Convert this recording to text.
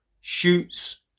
shoots